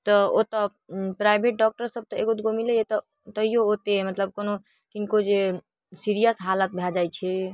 तऽ ओतऽ प्राइवेट डॉक्टरसभ तऽ एगो दुइगो मिलैए तैओ ओतेक मतलब केओ किनको जे सिरिअस हालत भऽ जाइ छै